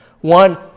one